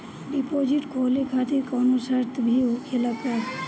Deposit खोले खातिर कौनो शर्त भी होखेला का?